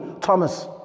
Thomas